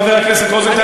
חבר הכנסת רוזנטל,